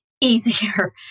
easier